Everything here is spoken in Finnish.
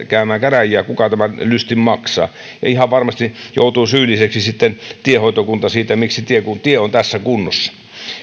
käymään käräjiä kuka tämän lystin maksaa ja ihan varmasti joutuu syylliseksi sitten tiehoitokunta siitä kun tie on tässä kunnossa